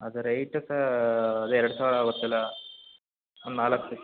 ಅದು ರೇಟ್ಕಾ ಅದು ಎರಡು ಸಾವಿರ ಆಗುತ್ತಲ್ಲ ಒಂದು ನಾಲ್ಕು